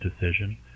decision